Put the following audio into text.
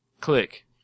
click